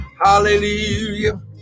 Hallelujah